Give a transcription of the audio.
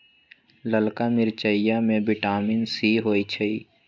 ललका मिरचाई में विटामिन सी होइ छइ